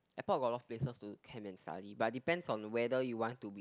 airport got a lot of places to camp and study but it depends on whether you want to